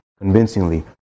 convincingly